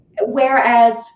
Whereas